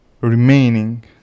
remaining